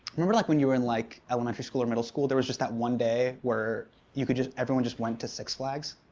remember like, when you were in like, elementary school or middle school, there was just that one day where you could just everyone just went to six flags?